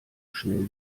schnell